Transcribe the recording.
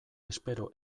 espero